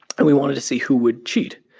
and we wanted to see who would cheat.